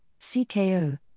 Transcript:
CKO